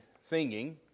singing